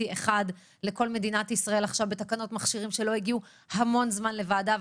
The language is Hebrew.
אחד לכל מדינת ישראל בתקנות מכשירים שלא הגיעו המון זמן לוועדה.